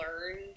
learned